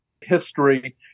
history